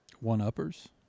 One-uppers